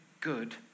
good